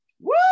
woo